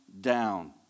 down